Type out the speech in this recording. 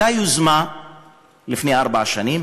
הייתה יוזמה לפני ארבע שנים,